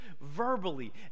verbally